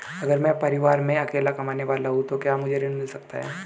अगर मैं परिवार में अकेला कमाने वाला हूँ तो क्या मुझे ऋण मिल सकता है?